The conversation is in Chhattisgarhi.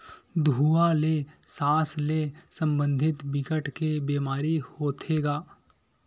धुवा ले सास ले संबंधित बिकट के बेमारी होथे गा